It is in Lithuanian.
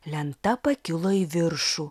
lenta pakilo į viršų